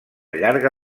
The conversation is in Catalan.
llarga